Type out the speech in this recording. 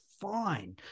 fine